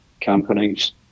companies